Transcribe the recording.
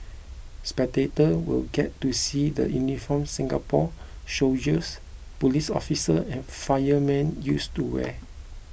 spectator will get to see the uniforms Singapore soldiers police officers and firemen used to wear